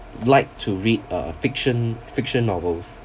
like to read a fiction fiction novels